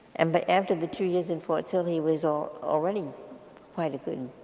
and but after the two years in fort sill he was ah already quite a good